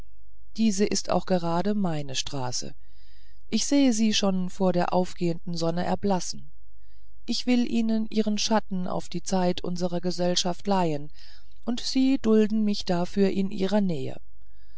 diese ist auch gerade meine straße ich sehe sie schon vor der aufgehenden sonne erblassen ich will ihnen ihren schatten auf die zeit unserer gesellschaft leihen und sie dulden mich dafür in ihrer nähe